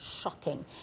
shocking